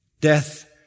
death